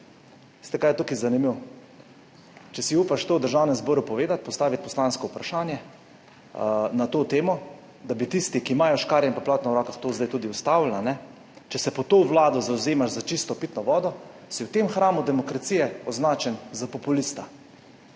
Veste, kaj je tukaj zanimivo? Če si upaš to v Državnem zboru povedati, postaviti poslansko vprašanje, na to temo, da bi tisti, ki imajo škarje in pa platno v rokah, to zdaj tudi ustavili, če se pod to vlado zavzemaš za čisto pitno vodo, si v tem hramu demokracije označen za populista.